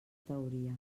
teoria